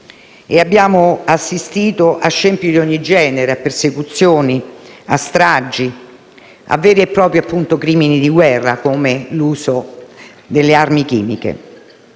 Abbiamo assistito a scempi di ogni genere, a persecuzioni, a stragi, a veri e propri crimini di guerra, come l'uso delle armi chimiche.